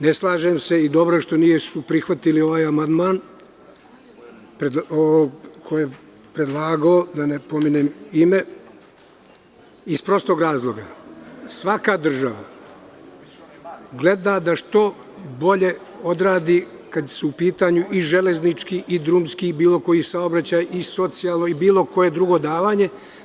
Ne slažem se i dobro je što nismo prihvatili ovaj amandman, koji je predlagao da ne pominjem ime, iz prostog razloga što svaka država gleda da što bolje odradi kada su u pitanju železnički i drumski i bilo koji drugi saobraćaj i socijalno i bilo koje drugo davanje.